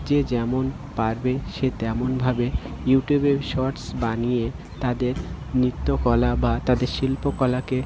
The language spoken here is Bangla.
যে যেমন পারবে সে তেমনভাবে ইউটিউবে শর্টস বানিয়ে তাদের নৃত্যকলা বা তাদের শিল্পকলাকে